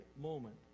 moment